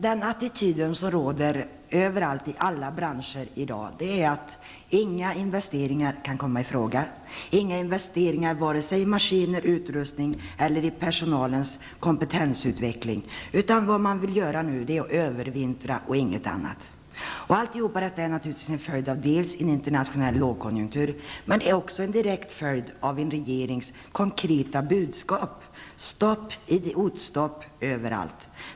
Den attityd som råder i alla branscher i dag är att inga investeringar kan komma i fråga, vare sig i maskiner, utrustning eller personalens kompetensutveckling. Vad man vill göra nu är att övervintra och inget annat. Alltihop är delvis en följd av en internationell lågkonjunktur. Men det är också en direkt följd av en regerings konkreta budskap om idiotstopp överallt.